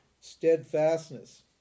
Steadfastness